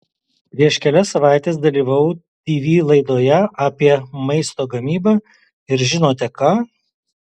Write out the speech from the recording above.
prieš kelias savaites dalyvavau tv laidoje apie maisto gamybą ir žinote ką